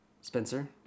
Spencer